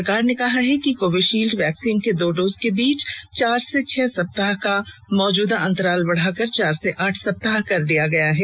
सरकार ने कहा है कि कोविड शील्ड वैक्सीन के दो डोज के बीच चार से छह सप्ताह का मौजूदा अंतराल बढ़ाकर चार से आठ सप्ताह कर दिया गया है